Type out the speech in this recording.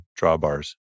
drawbars